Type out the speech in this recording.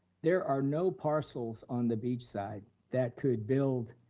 there are no parcels on the beach side that could build